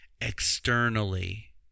externally